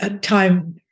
time